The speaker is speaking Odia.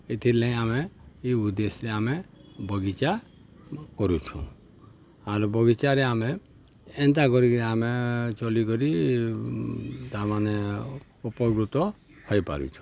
ଏଥିରଲାଗି ଆମେ ଇ ଉଦ୍ଦେଶ୍ୟରେ ଆମେ ବଗିଚା କରୁଛୁଁ ଆଉ ବଗିଚାରେ ଆମେ ଏନ୍ତା କରିକି ଆମେ ଚଲିକରି ତାମାନେ ଉପକୃତ ହୋଇପାରୁଛୁଁ